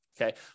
Okay